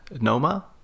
NOMA